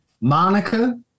Monica